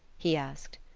he asked.